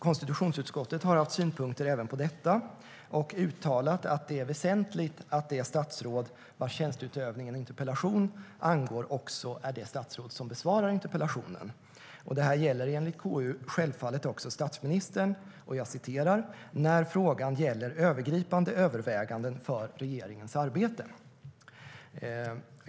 Konstitutionsutskottet har haft synpunkter även på detta och uttalat att det är väsentligt att det statsråd vars tjänsteutövning en interpellation angår också är det statsråd som besvarar interpellationen. Det gäller enligt KU självfallet också statsministern "när frågan gäller övergripande överväganden för regeringens arbete".